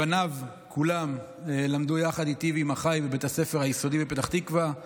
בניו כולם למדו יחד איתי ועם אחיי בבית הספר היסודי בפתח תקווה,